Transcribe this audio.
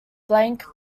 blank